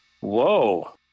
Whoa